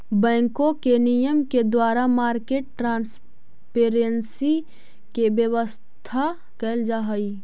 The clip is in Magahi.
बैंकों के नियम के द्वारा मार्केट ट्रांसपेरेंसी के व्यवस्था कैल जा हइ